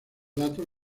datos